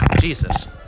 Jesus